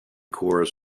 cores